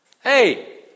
Hey